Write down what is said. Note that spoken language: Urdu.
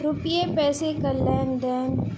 روپئے پیسے کا لین دین